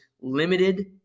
limited